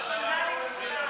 רחמנא ליצלן.